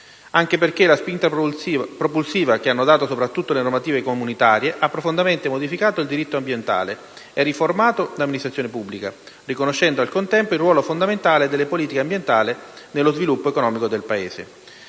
incorrere. La spinta propulsiva, infatti, che hanno dato soprattutto le normative comunitarie ha profondamente modificato il diritto ambientale e riformato l'amministrazione pubblica, riconoscendo, al contempo, il ruolo fondamentale delle politiche ambientali nello sviluppo economico del Paese.